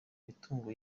mitungo